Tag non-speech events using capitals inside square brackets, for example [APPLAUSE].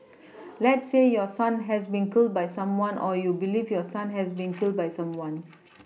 [NOISE] let's say your son has been killed by someone or you believe your son has been killed by someone [NOISE]